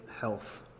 health